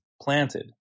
planted